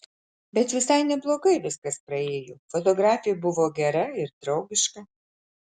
bet visai neblogai viskas praėjo fotografė buvo gera ir draugiška